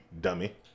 dummy